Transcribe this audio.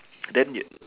then your